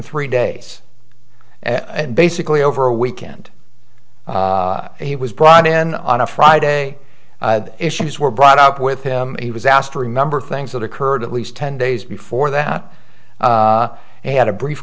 three days and basically over a weekend he was brought in on a friday issues were brought up with him he was asked to remember things that occurred at least ten days before that and he had a brief